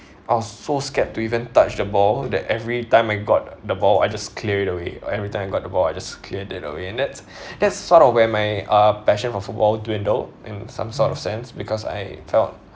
I was so scared to even touch the ball that every time I got the ball I just cleared it away every time got the ball I just clear that away and that's that's sort of where my uh passion for football dwindled in some sort of sense because I felt